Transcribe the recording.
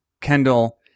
Kendall